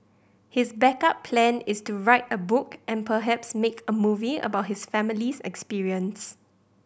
his backup plan is to write a book and perhaps make a movie about his family's experience